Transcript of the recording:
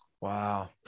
Wow